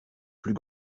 plus